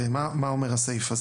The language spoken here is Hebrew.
הסעיף הזה